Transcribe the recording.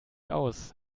aus